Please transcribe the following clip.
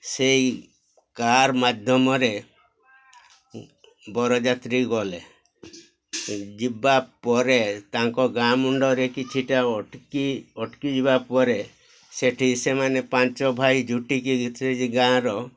ସେଇ କାର୍ ମାଧ୍ୟମରେ ବରଯାତ୍ରୀ ଗଲେ ଯିବା ପରେ ତାଙ୍କ ଗାଁ ମୁଣ୍ଡରେ କିଛିଟା ଅଟକି୍ ଅଟକି୍ ଯିବା ପରେ ସେଇଠି ସେମାନେ ପାଞ୍ଚ ଭାଇ ଜୁଟିକି ସେ ଗାଁର